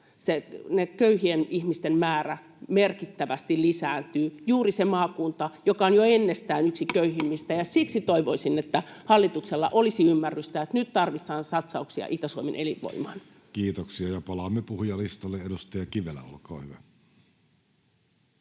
köyhien ihmisten määrä merkittävästi lisääntyy — juuri siinä maakunnassa, joka on jo ennestään yksi köyhimmistä. Siksi toivoisin, että hallituksella olisi ymmärrystä, että nyt tarvitaan satsauksia Itä-Suomen elinvoimaan. Kiitoksia. — Ja palaamme puhujalistalle. — Edustaja Kivelä, olkaa hyvä.